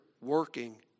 working